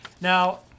Now